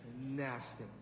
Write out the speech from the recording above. Nasty